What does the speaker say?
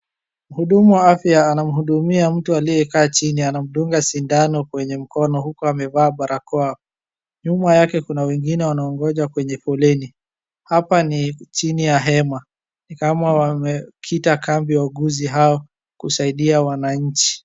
Mhudumu wa afya anamhudumia mtu aliyekaa chini. Anamdunga sindano kwenye mkono huku amevaa barakoa. Nyuma yake kuna wengine wanaongoja kwenye foleni. Hapa ni chini ya hema, ni kama wamekita kambi wauguzi hao kusaidia wananchi.